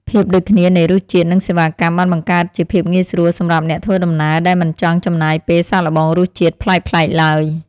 ភាពដូចគ្នានៃរសជាតិនិងសេវាកម្មបានបង្កើតជាភាពងាយស្រួលសម្រាប់អ្នកធ្វើដំណើរដែលមិនចង់ចំណាយពេលសាកល្បងរសជាតិ ប្លែកៗឡើយ។